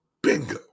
bingo